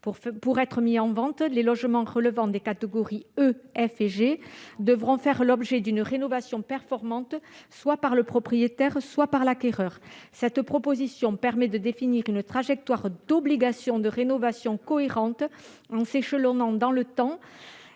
pour être mis en vente, les logements relevant des catégories E, F et G devront faire l'objet d'une rénovation performante soit par le propriétaire, soit par l'acquéreur. Cette proposition permet de définir une trajectoire d'obligation de rénovation cohérente, qui s'échelonnera dans le temps